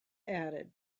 added